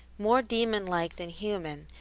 more demon-like than human,